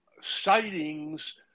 sightings